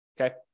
okay